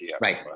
Right